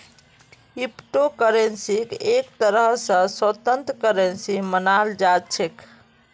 crypto करन्सीक एक तरह स स्वतन्त्र करन्सी मानाल जा छेक